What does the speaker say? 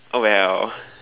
oh well